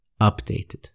updated